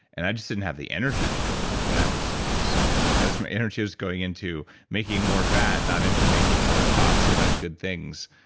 and i just didn't have the energy to do it when i was obese, because my energy was going into making more fat, not into making more thoughts about good things.